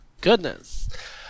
Goodness